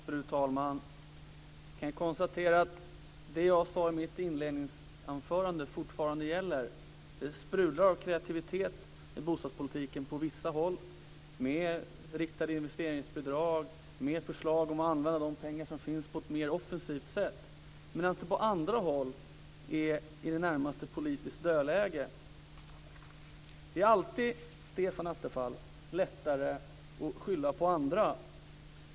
Fru talman! Jag kan konstatera att det jag sade i mitt inledningsanförande fortfarande gäller. Det sprudlar av kreativitet i bostadspolitiken på vissa håll, med riktade investeringsbidrag och förslag om att använda de pengar som finns på ett mer offensivt sätt, medan det på andra håll är i det närmaste politiskt dödläge. Det är alltid, Stefan Attefall, lättare att skylla på andra.